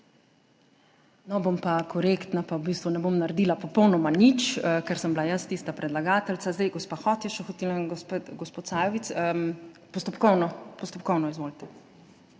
No bom pa korektna pa v bistvu ne bom naredila popolnoma nič, ker sem bila jaz tista predlagateljica. Gospa Hot je še hotela, gospod Sajovic. Postopkovno, izvolite.